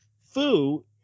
Fu